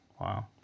wow